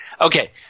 Okay